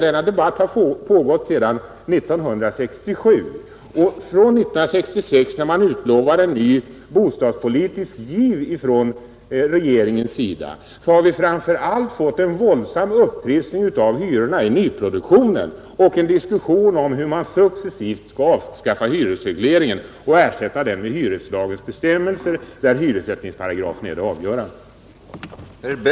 Denna debatt har pågått sedan 1967, och från 1966 när regeringen utlovade en ny bostadspolitisk giv har vi fått en våldsam upptrissning av hyrorna i framför allt nyproduktionen samt en diskussion om hur vi successivt skall avskaffa hyresregleringen och ersätta den med hyreslagens bestämmelser, där hyressättningsparagrafen är det avgörande.